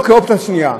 ולא כאופציה שנייה?